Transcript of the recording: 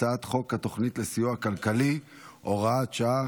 הצעת חוק התוכנית לסיוע כלכלי (הוראת שעה,